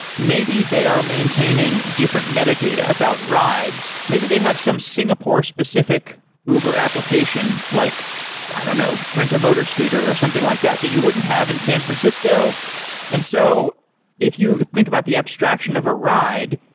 maybe they are maintaining different metadata about rides. maybe they have some singapore-specific uber application, like i don't know, rent a motor scooter, or something like that that you wouldn't have in san francisco and so if you think about the abstraction of a ride,